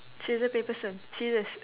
scissors paper stone scissors